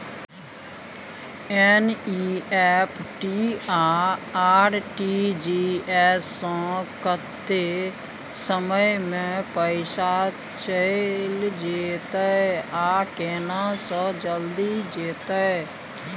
NEFT आ RTGS स कत्ते समय म पैसा चैल जेतै आ केना से जल्दी जेतै?